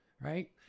right